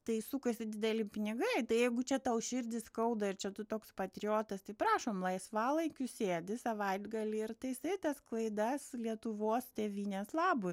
tai sukasi dideli pinigai tai jeigu čia tau širdį skauda ir čia tu toks patriotas tai prašom laisvalaikiu sėdi savaitgalį ir taisai tas klaidas lietuvos tėvynės labui